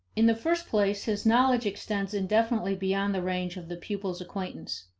in the first place, his knowledge extends indefinitely beyond the range of the pupil's acquaintance.